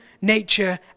nature